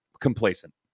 complacent